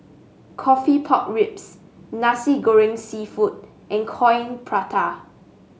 coffee Pork Ribs Nasi Goreng seafood and Coin Prata